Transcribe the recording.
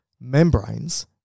membranes